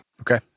Okay